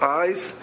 eyes